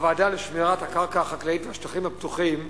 הוועדה לשמירת קרקע חקלאית ושטחים פתוחים,